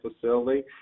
facility